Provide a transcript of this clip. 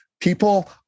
people